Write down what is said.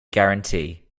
guarantee